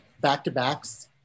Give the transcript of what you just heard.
back-to-backs